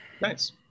Nice